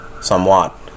somewhat